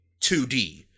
2D